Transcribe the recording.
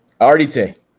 RDT